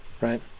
Right